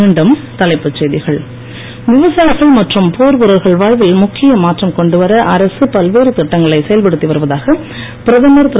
மீண்டும் தலைப்புச் செய்திகள் விவசாயிகள் மற்றும் போர்வீரர்கள் வாழ்வில் முக்கிய மாற்றம் கொண்டுவர அரசு பல்வேறு திட்டங்களை செயல்படுத்தி வருவதாக பிரதமர் திரு